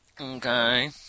Okay